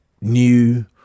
new